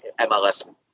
mls